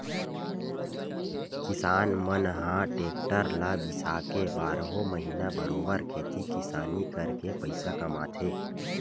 किसान मन ह टेक्टर ल बिसाके बारहो महिना बरोबर खेती किसानी करके पइसा कमाथे